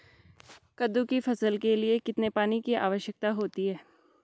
कद्दू की फसल के लिए कितने पानी की आवश्यकता होती है?